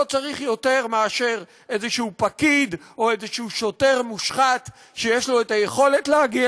לא צריך יותר מאיזה פקיד או איזה שוטר מושחת שיש לו יכולת להגיע